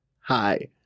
Hi